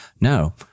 no